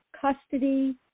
custody